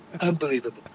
Unbelievable